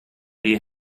die